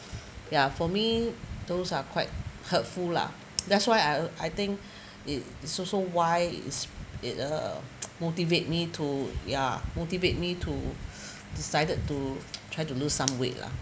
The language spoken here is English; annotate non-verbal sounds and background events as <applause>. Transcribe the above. ya for me those are quite hurtful lah that's why I I think <breath> it also why is it uh <noise> motivate me to ya motivate me to <breath> decided to try to lose some weight lah